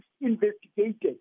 investigated